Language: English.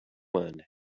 one